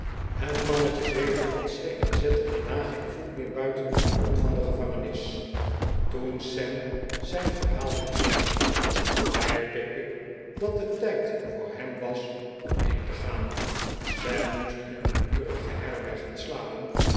het mannetje beefde van schrik en zette daarna geen voet meer buiten de muren van de gevangenis toen sam zijn verhaal geeindigd had zei pickwick dat het tijd voor hem was om heen te gaan sam moest in een naburige herberg gaan slapen